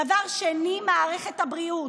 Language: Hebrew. דבר שני, מערכת הבריאות,